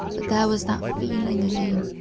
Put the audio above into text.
there was that feeling again,